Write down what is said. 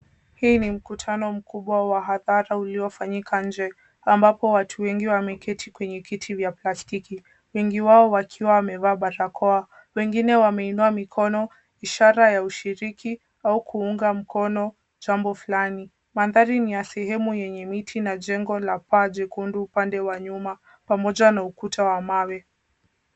Hii ni mkutano mkubwa wa hadhara uliofanyika nje ambapo watu wengi wameketi kwenye kiti vya plastiki wengi wao wakiwa wamevaa barakoa. Wengine wameinua mikono ishara ya ushiriki au kuunga mkono jambo fulani. Mandhari ni ya sehemu yenye miti na jengo la paa jekundu upande wa nyuma pamoja na ukuta wa mawe.